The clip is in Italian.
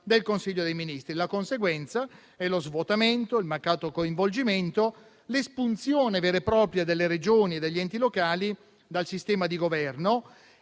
del Consiglio dei ministri. Le conseguenze sono lo svuotamento, il mancato coinvolgimento, l'espunzione vera e propria delle Regioni e degli enti locali dal sistema di Governo